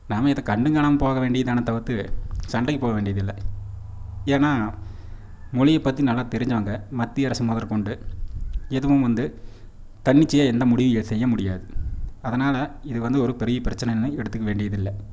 நாம இதை கண்டும் காண போக வேண்டியது தானே தவிர்த்து சண்டைக்கு போக வேண்டியது இல்லை ஏன்னா மொழியை பற்றி நல்லா தெரிஞ்சவங்க மத்திய அரசு முதற் கொண்டு எதுவும் வந்து தன்னிச்சையாக எந்த முடிவும் செய்ய முடியாது அதனால் இது வந்து பெரிய பிரச்சனைன்னு எடுத்துக்க வேண்டியது இல்லை